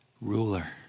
ruler